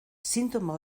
sintoma